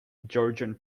georgian